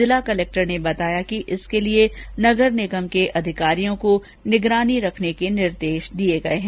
जिला कलेक्टर ने बताया कि इसके लिए नगर निगम के अधिकारियों को निगरानी रखने के निर्देश दिए गए हैं